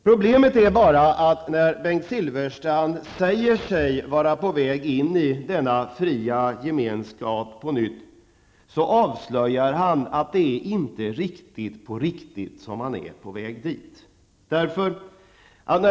Problemet är bara att Bengt Silfverstrand, när han säger sig vara på väg in i denna fria gemenskap på nytt, avslöjar att det inte är riktigt på riktigt som han är på väg dit.